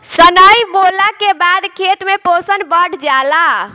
सनइ बोअला के बाद खेत में पोषण बढ़ जाला